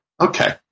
Okay